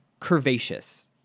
curvaceous